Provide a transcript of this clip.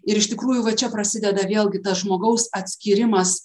ir iš tikrųjų va čia prasideda vėlgi tas žmogaus atskyrimas